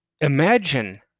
Imagine